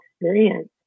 experience